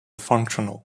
functional